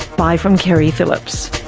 bye from keri phillips